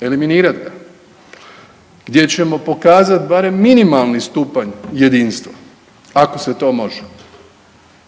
eliminirat ga. Gdje ćemo pokazati barem minimalni stupanj jedinstva ako se to može.